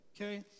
okay